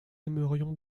aimerions